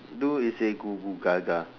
do is say googoogaga